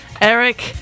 Eric